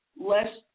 less